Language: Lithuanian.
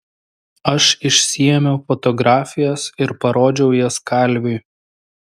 aš išsiėmiau fotografijas ir parodžiau jas kalviui